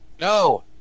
no